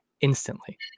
instantly